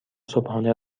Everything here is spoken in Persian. صبحانه